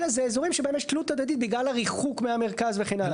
אלא זה אזורים שבהם יש תלות הדדית בגלל הריחוק מהמרכז וכן הלאה.